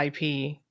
IP